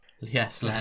Yes